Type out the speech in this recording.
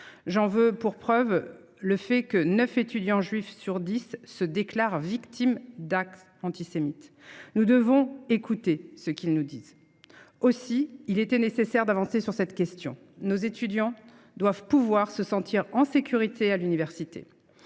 J’en veux pour preuve le fait que neuf étudiants juifs sur dix se déclarent victimes d’actes antisémites. Nous devons écouter ce qu’ils nous disent. Il était nécessaire d’avancer sur cette question. Nos étudiants doivent pouvoir se sentir en sécurité à l’université.